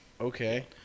Okay